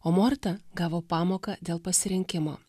o morta gavo pamoką dėl pasirinkimo